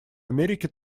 америке